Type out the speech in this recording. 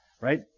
right